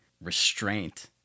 restraint